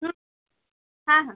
হুম হ্যাঁ হ্যাঁ